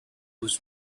was